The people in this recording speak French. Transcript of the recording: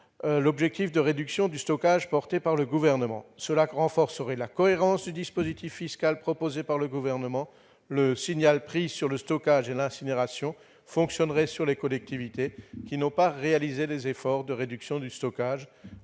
l'objectif de réduction du stockage fixé par le Gouvernement. Cette mesure renforcerait la cohérence du dispositif fiscal présenté par ce dernier : le signal prix sur le stockage, et l'incinération fonctionnerait pour les collectivités qui n'ont pas réalisé les efforts de réduction du stockage,